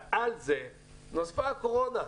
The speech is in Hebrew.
על זה נוספה הקורונה.